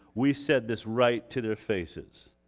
we said this right to their faces.